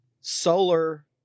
solar